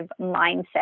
mindset